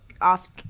off